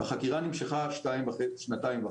החקירה נמשכה שנתיים וחצי.